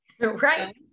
Right